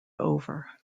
over